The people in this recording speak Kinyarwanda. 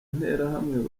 nterahamwe